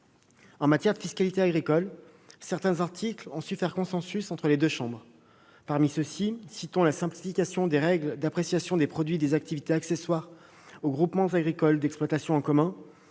En matière de fiscalité agricole, certains articles ont su faire consensus entre les deux chambres. Parmi ceux-ci, j'évoquerai la simplification des règles d'appréciation des produits des activités accessoires aux groupements agricoles d'exploitation en commun